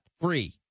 Free